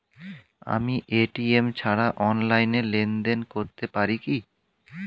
আমি এ.টি.এম ছাড়া অনলাইনে লেনদেন করতে পারি কি?